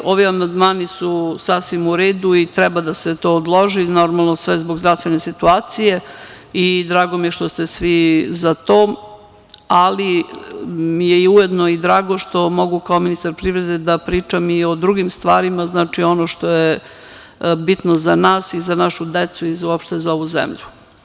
Ovi amandmani su sasvim u redu i treba da se to odloži, normalno sve zbog zdravstvene situacije, drago mi je što ste svi za to, ali mi je ujedno i drago što mogu kao ministar privrede da pričam i o drugim stvarima, ono što je bitno za nas i za našu decu i uopšte, za ovu zemlju.